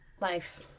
Life